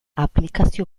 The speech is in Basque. aplikazio